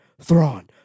Thrawn